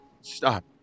Stop